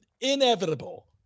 inevitable